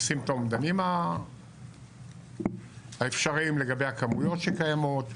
עושים את האומדנים האפשריים לגבי הכמויות שקיימות,